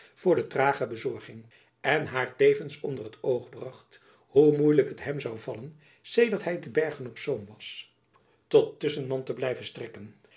voor de trage bezorging en haar tevens onder het oog bracht hoe moeielijk het hem zoû vallen sedert hy te bergen-op-zoom was tot tusschenman te blijven strekken